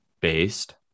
based